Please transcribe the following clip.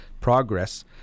progress